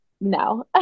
no